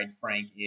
Frank